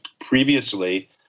previously